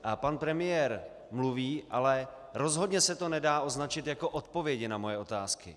A pan premiér mluví, ale rozhodně se to nedá označit jako odpovědi na moje otázky.